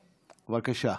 בבקשה.